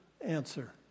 answer